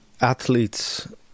athletes